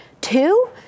Two